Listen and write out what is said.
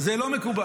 זה לא מקובל.